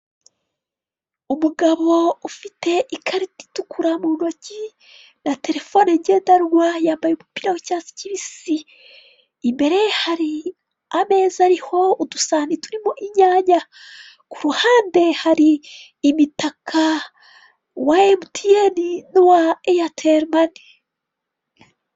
Umugabo ufite ikarita itukura mu ntoki na terefone ngendanwa yambaye umupira w'icyatsi kibisi, imbere hari ameza ariho udusani turimo inyanya, ku ruhande hari imitaka uwa emutiyeni n'uwa eyaterimani.